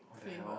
what the hell